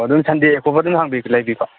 ꯑꯣ ꯑꯗꯨꯝ ꯁꯟꯗꯦ ꯈꯣꯠꯄ ꯑꯗꯨꯝ ꯍꯥꯡꯕꯤ ꯂꯩꯕꯤꯀꯣ